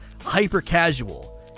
hyper-casual